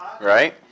right